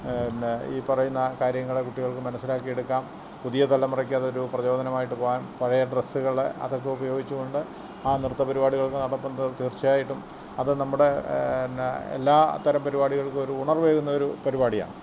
പിന്നെ ഈ പറയുന്ന കാര്യങ്ങൾ കുട്ടികൾക്കു മനസ്സിലാക്കി എടുക്കാം പുതിയ തലമുറയ്ക്കതൊരു പ്രചോദനമായിട്ടു പോകാൻ പഴയ ഡ്രസ്സുകൾ അതൊക്കെ ഉപയോഗിച്ചു കൊണ്ട് ആ നൃത്തപരിപാടികൾ നടത്തുമ്പോൾ തീർച്ചയായിട്ടും അതു നമ്മുടെ പിന്നെ എല്ലാത്തരം പരിപാടികൾക്കും ഒരു ഉണർവ്വേകുന്നൊരു പരിപാടിയാണ്